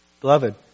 Beloved